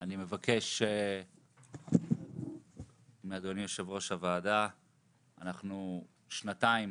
אני מבקש מאדוני יושב-ראש הוועדה, אנחנו שנתיים